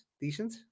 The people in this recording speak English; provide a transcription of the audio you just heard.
decent